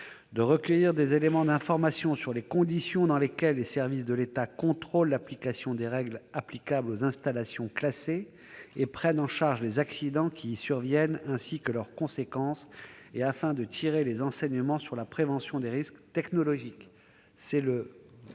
de recueillir des éléments d'information sur les conditions dans lesquelles les services de l'État contrôlent l'application des règles applicables aux installations classées et prennent en charge les accidents qui y surviennent ainsi que leurs conséquences et afin de tirer les enseignements sur la prévention des risques technologiques, présentée